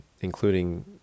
including